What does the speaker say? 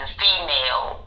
female